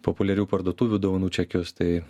populiarių parduotuvių dovanų čekius tai